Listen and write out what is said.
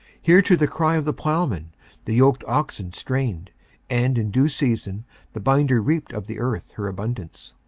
here to the cry of the plowman the yoked oxen strained and in due season the binder reaped of the earth her abundance.